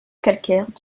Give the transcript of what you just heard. calcaires